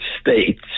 States